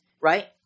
Right